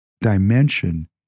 dimension